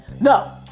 No